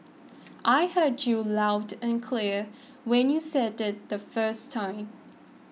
I heard you loud and clear when you said it the first time